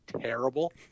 terrible